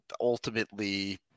ultimately